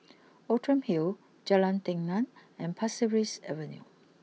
Outram Hill Jalan Telang and Pasir Ris Avenue